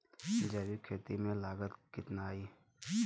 जैविक खेती में लागत कितना आई?